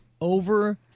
Over